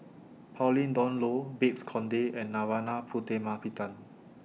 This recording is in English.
Pauline Dawn Loh Babes Conde and Narana Putumaippittan